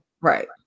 Right